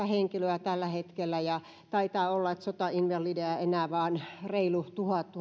henkilöä tällä hetkellä ja taitaa olla että sotainvalideja enää vain reilu tuhat